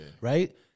right